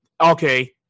okay